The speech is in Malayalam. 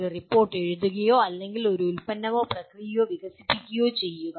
ഒരു റിപ്പോർട്ട് എഴുതുകയോ അല്ലെങ്കിൽ ഒരു ഉൽപ്പന്നമോ പ്രക്രിയയോ വികസിപ്പിക്കുകയോ ചെയ്യുക